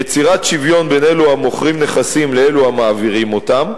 יצירת שוויון בין אלו המוכרים נכסים לאלו המעבירים אותם,